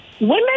women